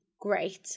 great